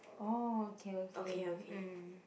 oh okay okay mm